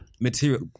material